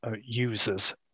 users